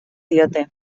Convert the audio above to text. diote